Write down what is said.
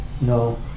No